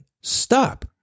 Stop